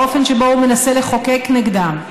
האופן שבו הוא מנסה לחוקק נגדם,